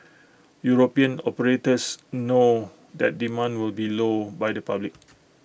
european operators know that demand will be low by the public